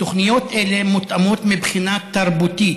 תוכניות אלה מותאמות מבחינה תרבותית,